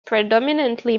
predominantly